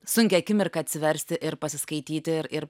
sunkią akimirką atsiversti ir pasiskaityti ir ir